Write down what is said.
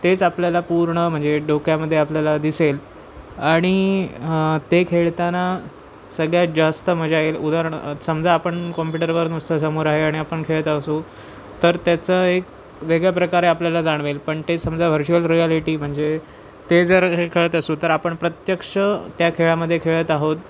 तेच आपल्याला पूर्ण म्हणजे डोक्यामध्ये आपल्याला दिसेल आणि ते खेळताना सगळ्यात जास्त मजा येईल उदाहरण समजा आपण कॉम्प्युटरवर नुसता समोर आहे आणि आपण खेळत असू तर त्याचं एक वेगळ्या प्रकारे आपल्याला जाणवेल पण तेच समजा व्हर्च्युअल रियालिटी म्हणजे ते जर हे खेळत असू तर आपण प्रत्यक्ष त्या खेळामध्ये खेळत आहोत